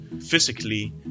physically